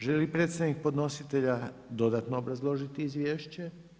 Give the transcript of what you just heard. Želi li predstavnik podnositelja dodatno obrazložiti izvješće?